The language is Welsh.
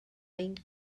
ein